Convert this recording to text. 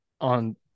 on